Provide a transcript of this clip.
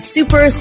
Super